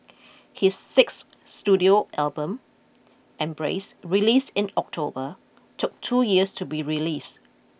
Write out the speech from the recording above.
his sixth studio album embrace released in October took two years to be release